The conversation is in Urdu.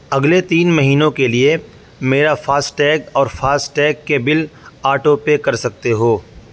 اگلے تین مہینوں کے لیے میرا فاسٹیگ اور فاسٹیگ کے بل آٹو پے کر سکتے ہو